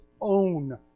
own